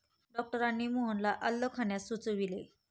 डॉक्टरांनी मोहनला आलं खाण्यास सुचविले